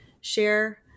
share